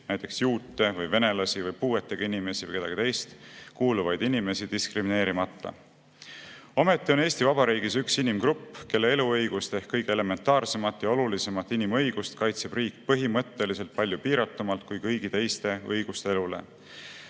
näiteks juute või venelasi või puuetega inimesi või kedagi teist, diskrimineerimata. Ometi on Eesti Vabariigis üks inimgrupp, kelle eluõigust ehk kõige elementaarsemat ja olulisemat inimõigust kaitseb riik põhimõtteliselt palju piiratumalt kui kõigi teiste õigust elule.